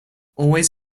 always